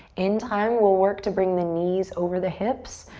in time, we'll work to bring the knees over the hips.